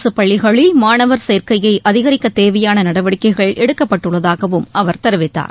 அரசு பள்ளிகளில் மாணவர் சேர்க்கையை அதிகரிக்க தேவையான நடவடிக்கைகள் எடுக்கப்பட்டுள்ளதாகவும் அவர் தெரிவித்தார்